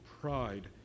pride